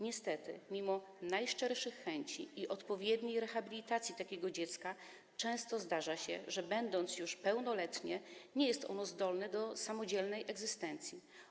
Niestety mimo najszczerszych chęci i odpowiedniej rehabilitacji takiego dziecka często zdarza się, że gdy jest ono już pełnoletnie, nie jest zdolne do samodzielnej egzystencji.